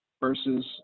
versus